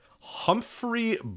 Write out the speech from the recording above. Humphrey